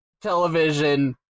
television